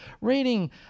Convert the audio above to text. Reading